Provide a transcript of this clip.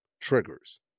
triggers